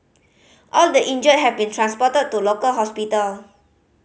all the injured have been transported to local hospital